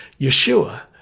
Yeshua